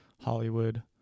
Hollywood